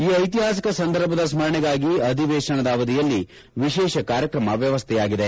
ಈ ಐತಿಹಾಸಿಕ ಸಂದರ್ಭದ ಸ್ಮರಣೆಗಾಗಿ ಅಧಿವೇಶನದ ಅವಧಿಯಲ್ಲಿ ವಿಶೇಷ ಕಾರ್ಯಕ್ರಮ ವ್ಯವಸ್ಥೆಯಾಗಿದೆ